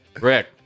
Rick